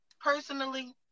personally